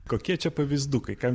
kokie čia pavyzdukai ką